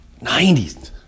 90s